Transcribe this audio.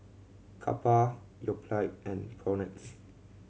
Kappa Yoplait and Propnex